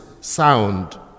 sound